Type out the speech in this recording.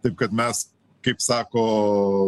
taip kad mes kaip sako